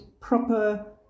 proper